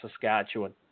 Saskatchewan